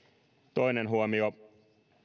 toinen huomio